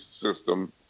system